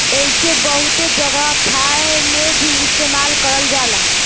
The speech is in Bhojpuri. एइके बहुत जगह खाए मे भी इस्तेमाल करल जाला